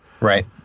Right